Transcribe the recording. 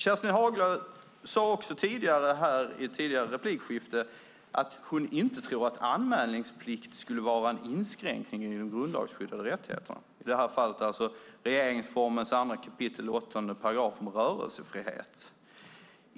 Kerstin Haglö sade här i ett tidigare replikskifte att hon inte tror att anmälningsplikt skulle vara en inskränkning i de grundlagsskyddade rättigheterna, i det här fallet regeringsformens 2 kap, 8 § om rörelsefrihet.